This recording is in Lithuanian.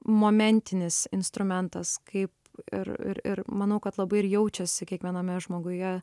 momentinis instrumentas kaip ir ir ir manau kad labai ir jaučiasi kiekviename žmoguje